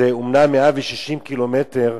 זה אומנם 160 קילומטר,